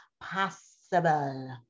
possible